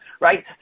right